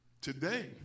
Today